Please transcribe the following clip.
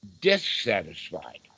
dissatisfied